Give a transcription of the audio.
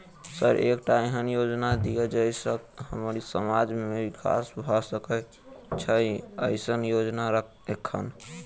Sir एकटा एहन योजना दिय जै सऽ हम्मर समाज मे विकास भऽ सकै छैय एईसन योजना एखन?